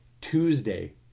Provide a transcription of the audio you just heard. Tuesday